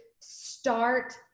start